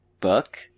book